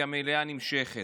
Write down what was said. כי המליאה נמשכת.